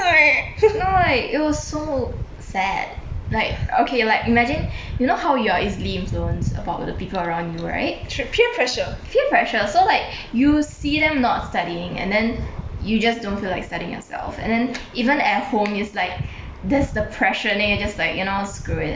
no like it was so sad like okay like imagine you know how you're easily influenced about the people around you right peer pressure so like you see them not studying and then you just don't feel like studying yourself and then even at home is like there's the pressure and then you're just like you know screw it